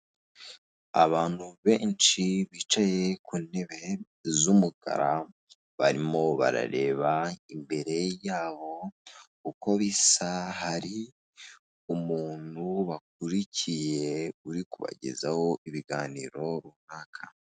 Abantu benshi bicaye ku ntebe z'umukara barimo barareba imbere yabo uko bisa hari umuntu bakurikiye uri kubagezaho ibiganiro runaka.